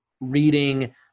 reading